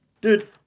dude